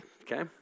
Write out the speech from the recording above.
Okay